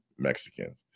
Mexicans